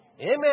Amen